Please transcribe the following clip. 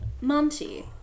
Monty